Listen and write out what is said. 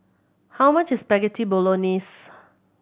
how much is Spaghetti Bolognese